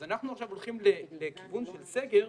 אנחנו עכשיו הולכים לכיוון של סגר,